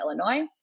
Illinois